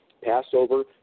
Passover